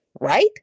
right